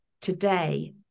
today